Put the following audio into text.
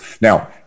Now